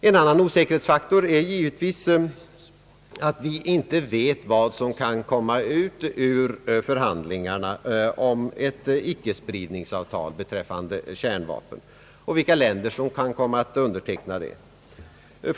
En annan osäkerhetsfaktor är givetvis att vi inte vet vad som kan komma ut ur förhandlingarna om ett ickespridningsavtal beträffande kärnvapen och vilka länder som kan komma att underteckna ett sådant avtal.